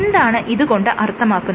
എന്താണ് ഇത് കൊണ്ട് അർത്ഥമാക്കുന്നത്